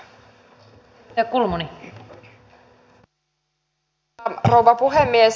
arvoisa rouva puhemies